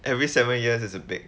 every seven years is a big